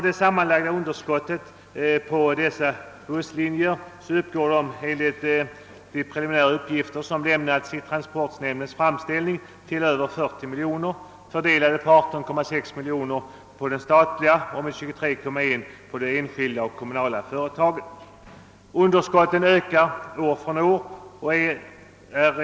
Det sammanlagda underskottet på dessa busslinjer uppgår enligt de preliminära uppgifter som lämnats i transportnämndens framställning till över 40 miljoner kronor, fördelat på 18,6 miljoner kronor på de statliga och 23,1 miljoner kronor på de enskilda och kommunala företagen. Det totala underskottet ökar år från år.